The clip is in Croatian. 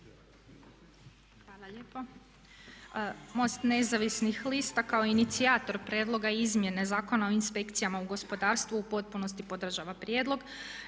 Hvala lijepo. MOST nezavisnih lista kao inicijator prijedloga izmjene Zakona o inspekcijama u gospodarstvu u potpunosti podržava prijedlog.